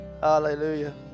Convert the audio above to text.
Hallelujah